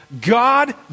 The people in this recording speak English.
God